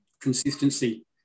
consistency